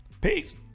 Peace